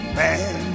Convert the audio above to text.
man